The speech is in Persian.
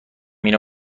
اینو